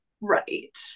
Right